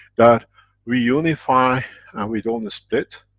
that we unify and we don't split.